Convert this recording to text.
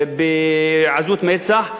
בעזות מצח,